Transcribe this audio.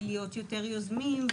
ולהיות יותר יוזמים,